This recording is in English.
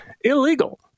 illegal